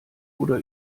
oder